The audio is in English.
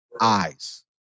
eyes